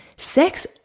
Sex